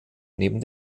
neben